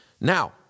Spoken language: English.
Now